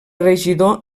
regidor